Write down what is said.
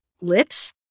lips